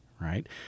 right